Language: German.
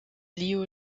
liu